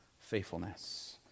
faithfulness